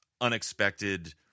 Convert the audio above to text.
unexpected